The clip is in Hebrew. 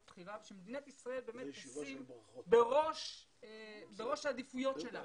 בחירה ושמדינת ישראל באמת תשים בראש העדיפויות שלה